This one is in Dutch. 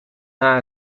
naar